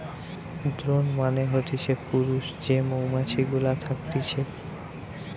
drone মানে হতিছে পুরুষ যে মৌমাছি গুলা থকতিছে